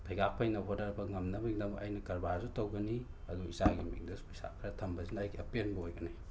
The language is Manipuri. ꯐꯩꯒꯥꯛ ꯐꯩꯅ ꯍꯣꯠꯅꯔꯛꯄ ꯉꯝꯅꯕꯒꯤꯗꯃꯛ ꯑꯩꯅ ꯀꯔꯕꯥꯔꯖꯨ ꯇꯧꯒꯅꯤ ꯑꯗꯨꯒ ꯏꯆꯥꯒꯤ ꯃꯤꯡꯗ ꯄꯩꯁꯥ ꯈꯔ ꯊꯝꯕꯖꯤꯅ ꯑꯩꯒꯤ ꯑꯄꯦꯟꯕ ꯑꯣꯏꯒꯅꯤ